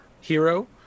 hero